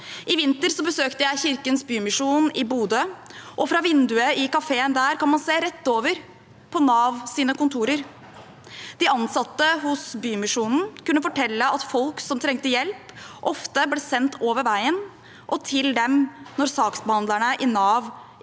I vinter besøkte jeg Kirkens Bymisjon i Bodø, og fra vinduet i kafeen der kan man se rett over til Navs kontorer. De ansatte hos Bymisjonen kunne fortelle at folk som trengte hjelp, ofte ble sendt over veien og til dem når saksbehandlerne i Nav